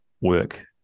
work